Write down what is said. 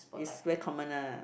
it's very common lah